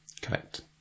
correct